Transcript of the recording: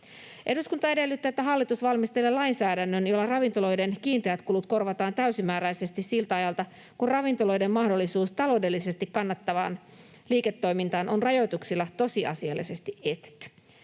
”Eduskunta edellyttää, että hallitus valmistelee lainsäädännön, jolla ravintoloiden kiinteät kulut korvataan täysimääräisesti siltä ajalta, kun ravintoloiden mahdollisuus taloudellisesti kannattavaan liiketoimintaan on rajoituksilla tosiasiallisesti estetty.”